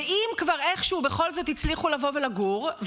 ואם כבר איכשהו בכל זאת הצליחו לבוא ולגור,